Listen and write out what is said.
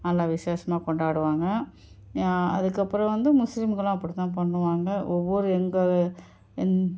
நல்ல விசேஷமா கொண்டாடுவாங்க அதுக்கப்புறம் வந்து முஸ்லீம்களும் அப்படி தான் பண்ணுவாங்க ஒவ்வொரு எங்கள் என்